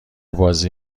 بازی